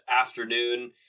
afternoon